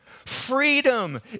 Freedom